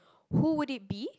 who would it be